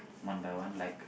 one by one like